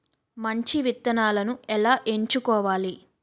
మంచి విత్తనాలను ఎలా ఎంచుకోవాలి?